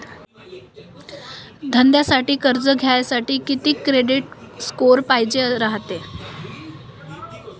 धंद्यासाठी कर्ज घ्यासाठी कितीक क्रेडिट स्कोर पायजेन रायते?